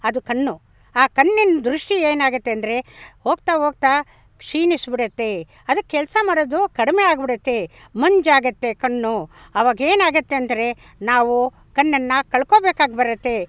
ಅದು ಕಣ್ಣು ಆ ಕಣ್ಣಿನ ದೃಷ್ಟಿ ಏನಾಗುತ್ತೆ ಅಂದರೆ ಹೋಗುತ್ತಾ ಹೋಗ್ತಾ ಕ್ಷೀಣಿಸಿಬಿಡುತ್ತೆ ಅದು ಕೆಲಸ ಮಾಡೋದು ಕಡಿಮೆ ಆಗಿಬಿಡುತ್ತೆ ಮಂಜಾಗುತ್ತೆ ಕಣ್ಣು ಆವಾಗೇನಾಗುತ್ತೆ ಅಂದರೆ ನಾವು ಕಣ್ಣನ್ನು ಕಳ್ಕೊಳ್ಬೇಕಾಗಿ ಬರುತ್ತೆ